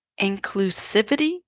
inclusivity